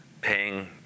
paying